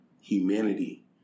humanity